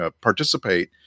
participate